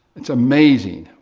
it's amazing.